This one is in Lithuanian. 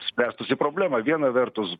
spręstųsi problema viena vertus